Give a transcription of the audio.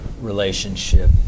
relationship